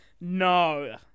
No